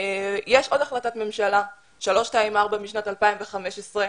יש עוד החלטת ממשלה 324 משנת 2015,